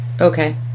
Okay